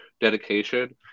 dedication